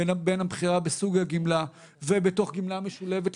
בין הבחירה בסוג הגמלה ובתוך גמלה משולבת,